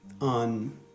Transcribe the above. on